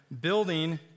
building